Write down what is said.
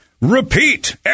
repeat